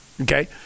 Okay